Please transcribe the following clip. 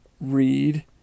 Read